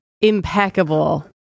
impeccable